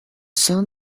sun